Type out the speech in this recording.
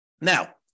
Now